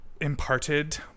imparted